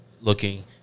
looking